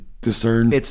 discern